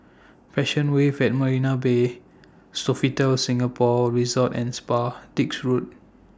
Passion Wave At Marina Bay Sofitel Singapore Resort and Spa Dix Road